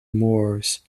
moors